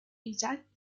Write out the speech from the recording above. exact